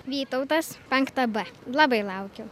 vytautas penkta b labai laukiau